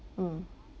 mm